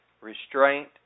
restraint